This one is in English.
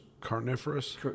carnivorous